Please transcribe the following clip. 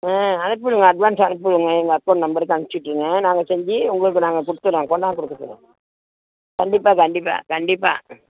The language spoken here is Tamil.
ஆ அனுப்பி விடுங்க அட்வான்ஸ் அனுப்பி விடுங்க எங்கள் அக்கௌண்ட் நம்பருக்கு அனுச்சி விட்ருங்க நாங்கள் செஞ்சு உங்களுக்கு நாங்கள் கொடுத்துறோம் கொண்டாந்து கொடுக்க சொல்கிறோம் கண்டிப்பாக கண்டிப்பாக கண்டிப்பாக